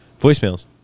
Voicemails